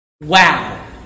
Wow